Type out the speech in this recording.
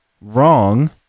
wrong